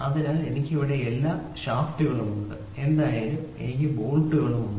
അതിനാൽ എനിക്ക് ഇവിടെ എല്ലാ ഷാഫ്റ്റുകളും ഉണ്ട് എന്തായാലും എനിക്ക് ഇവിടെ ബോൾട്ടുകൾ ഉണ്ട്